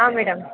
ಹಾಂ ಮೇಡಮ್